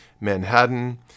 Manhattan